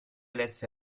lesse